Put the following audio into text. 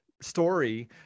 story